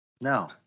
no